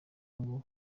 ngo